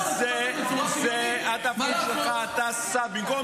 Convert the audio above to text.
אני צריך לתת בצורה שוויונית,